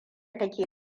take